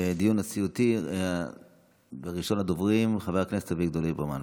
בדיון הסיעתי ראשון הדוברים הוא חבר הכנסת אביגדור ליברמן,